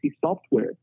software